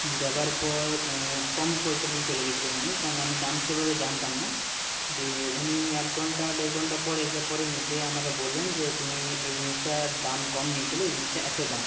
দেওয়ার পর কম পয়সা দিয়ে চলে গেছিল উনি কারণ আমি দাম সেভাবে জানতাম না দিয়ে উনি এক ঘন্টা দেড় ঘন্টা পরে এসে পরে নিজেই আমাকে বললেন যে তুমি এই জিনিসটার দাম কম নিয়েছিলে এই জিনিসটার এত দাম